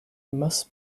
must